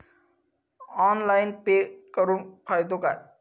Online pay करुन फायदो काय?